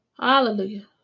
Hallelujah